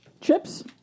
Chips